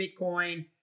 bitcoin